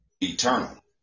eternal